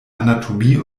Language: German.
anatomie